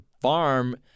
farm